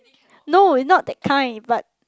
no not that kind but